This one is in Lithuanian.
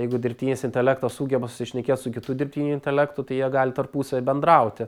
jeigu dirbtinis intelektas sugeba susišnekėt su kitu dirbtiniu intelektu tai jie gali tarpusavy bendrauti